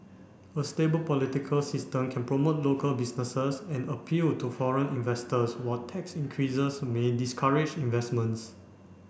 a stable political system can promote local businesses and appeal to foreign investors while tax increases may discourage investments